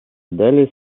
далее